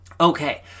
Okay